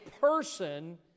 person